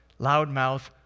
loudmouth